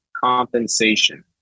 compensation